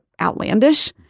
outlandish